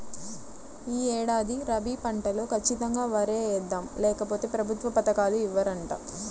యీ ఏడాది రబీ పంటలో ఖచ్చితంగా వరే యేద్దాం, లేకపోతె ప్రభుత్వ పథకాలు ఇవ్వరంట